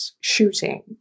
shooting